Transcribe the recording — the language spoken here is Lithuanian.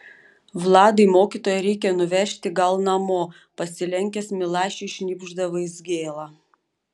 vladai mokytoją reikia nuvežti gal namo pasilenkęs milašiui šnibžda vaizgėla